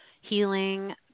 healing